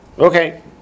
Okay